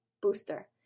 booster